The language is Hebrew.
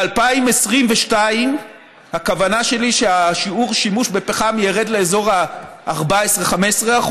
ב-2022 הכוונה שלי היא ששיעור השימוש בפחם ירד לאזור ה-14% 15%,